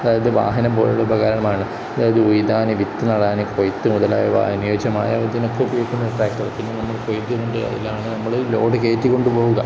അതായത് വാഹനം പോലുള്ള ഉപകരമാണ് അതായത് ഉഴുതാൻ വിത്ത് നടാൻ കൊയ്ത്ത് മുതലായവ അനുയോജ്യമായതിനൊക്കെ ഉപയോഗിക്കുന്ന ട്രാക്ടർ പിന്നെ നമ്മൾ കൊയ്തിണ്ട് അതിലാണ് നമ്മൾ ലോഡ് കയറ്റിക്കൊണ്ട് പോവുക